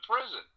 prison